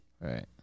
Right